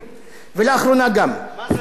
מה זה אומר, ישראלים 10,